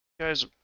guys